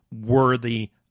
worthy